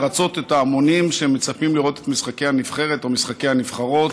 לרצות את ההמונים שמצפים לראות את משחקי הנבחרת או משחקי הנבחרות.